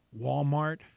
Walmart